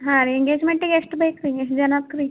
ಹಾಂ ಎಂಗೇಜ್ಮೆಂಟಿಗೆ ಎಷ್ಟು ಬೇಕು ರೀ ಎಷ್ಟು ಜನಕ್ಕೆ ರೀ